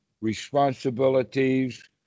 responsibilities